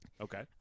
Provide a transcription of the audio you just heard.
Okay